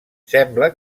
sembla